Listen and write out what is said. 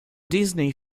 disney